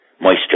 moisture